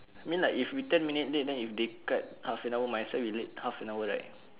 mean like if we ten minute late then if they cut half an hour might as well we late half an hour right